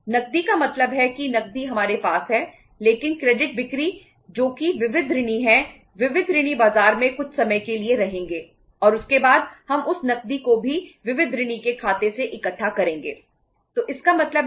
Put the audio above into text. नकदी का मतलब है कि नकदी हमारे पास है लेकिन क्रेडिट कहा जाता है